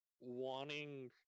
wanting